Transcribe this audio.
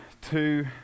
two